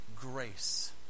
grace